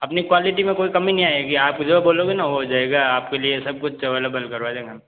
अपनी क्वालिटी में कोई कमी नहीं आएगी आप जो बोलोगे ना हो जाएगा आप के लिए सब कुछ अवैलेबल करवा देंगे हम